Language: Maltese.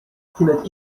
kienet